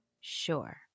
Sure